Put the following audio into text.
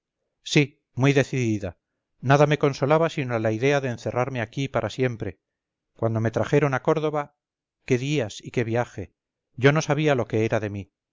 sí muy decidida nada me consolaba sino la idea de encerrarme aquí para siempre cuando me trajeron a córdoba qué días y qué viaje yo no sabía lo que era de mí